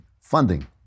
funding